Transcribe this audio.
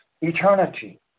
eternity